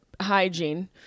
hygiene